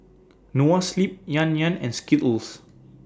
Noa Sleep Yan Yan and Skittles